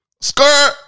skirt